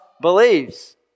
believes